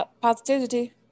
positivity